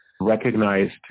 recognized